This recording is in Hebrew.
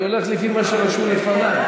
אני הולך לפי מה שרשום לפני.